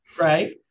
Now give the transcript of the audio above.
Right